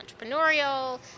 entrepreneurial